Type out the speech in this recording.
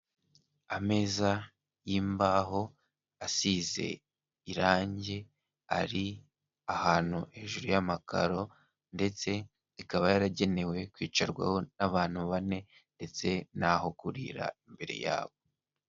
Ameza y'imbaho asize irangi, ari ahantu hejuru y'amakaro ,ndetse ikaba yaragenewe kwicarwaho n'abantu bane, ndetse n'aho kurira imbere yabo.